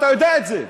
אתה יודע את זה.